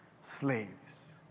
slaves